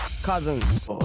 Cousins